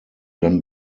dann